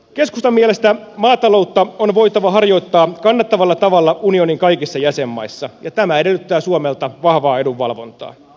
keskustan mielestä maataloutta on voitava harjoittaa kannattavalla tavalla unionin kaikissa jäsenmaissa ja tämä edellyttää suomelta vahvaa edunvalvontaa